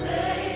Say